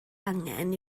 angen